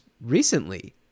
recently